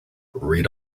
read